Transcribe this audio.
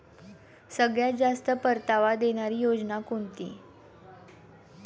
सगळ्यात जास्त परतावा देणारी योजना कोणती?